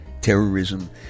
Terrorism